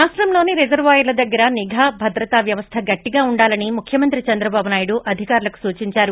రాష్టంలోని రిజర్వాయర్ల దగ్గర నిఘా భద్రతా వ్యవస్థ గట్టిగా ఉండాలని ముఖ్యమంత్రి చంద్రబాబు నాయుడు అధ్దకారులకు సూచించారు